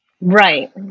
Right